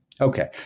Okay